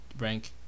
rank